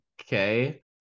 okay